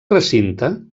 recinte